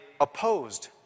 opposed